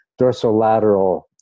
dorsolateral